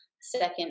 second